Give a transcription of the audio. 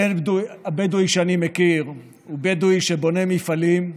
הבדואי שאני מכיר הוא בדואי שבונה מפעלים.